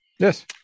Yes